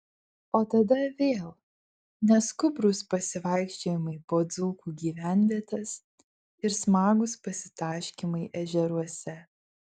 o tada vėl neskubrūs pasivaikščiojimai po dzūkų gyvenvietes ir smagūs pasitaškymai ežeruose